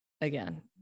again